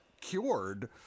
cured